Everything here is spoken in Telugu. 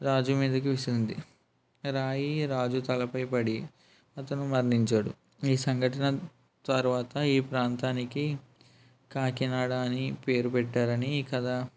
రాజు మీదకి విసిరింది రాయి రాజు తలపై పడి అతను మరణించాడు ఈ సంఘటన తరువాత ఈ ప్రాంతానికి కాకినాడ అని పేరు పెట్టారని ఈ కథ